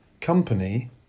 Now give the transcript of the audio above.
company